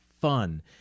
fun